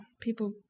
people